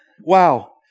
wow